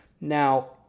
Now